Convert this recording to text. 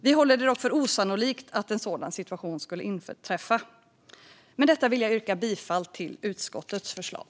Vi håller det dock för osannolikt att en sådan situation skulle inträffa. Med detta vill jag yrka bifall till utskottets förslag.